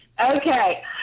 Okay